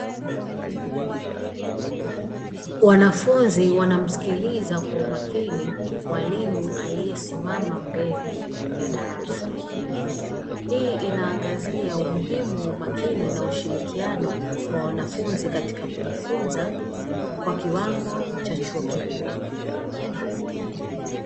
Wanafunzi wanamsikiliza kwa umakini mwalimu aliyesimama mbele ya darasa, hii inaangazia umuhimu wa umakini na ushirikiano wa wanafunzi katika kujifunza kwa kiwango cha chuo kikuu.